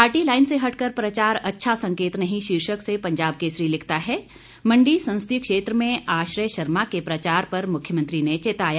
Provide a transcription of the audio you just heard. party line से हटकर प्रचार अच्छा संकेत नहीं शीर्षक से पंजाब केसरी लिखता है मंडी संसदीय क्षेत्र में आश्रय शर्मा के प्रचार पर मुख्यमंत्री ने चेताया